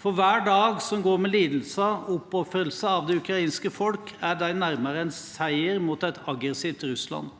For hver dag som går med lidelser og oppofrelser av det ukrainske folk, er de nærmere en seier over et aggressivt Russland,